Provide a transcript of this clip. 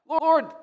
Lord